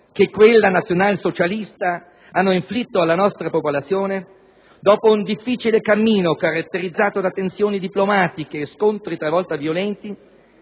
che quella nazionalsocialista, hanno inflitto alla nostra popolazione, dopo un difficile cammino caratterizzato da tensioni diplomatiche e scontri talvolta violenti,